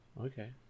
Okay